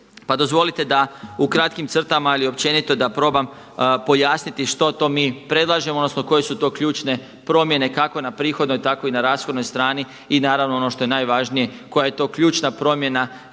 Pa dozvolite da u kratkim crtama ili općenito da probam pojasniti što to mi predlažemo odnosno koje su to ključne promjene kako na prihodnoj tako i na rashodnoj strani i naravno ono što je najvažnije koja je to ključna promjena